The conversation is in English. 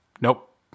nope